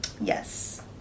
yes